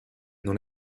non